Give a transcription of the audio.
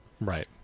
Right